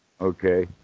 Okay